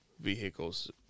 vehicles